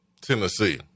Tennessee